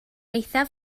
eithaf